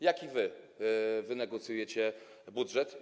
Jaki wy wynegocjujecie budżet?